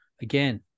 again